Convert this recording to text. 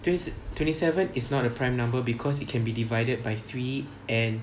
twenty seven twenty seven is not a prime number because it can be divided by three and